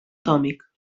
atòmic